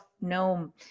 no